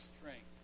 strength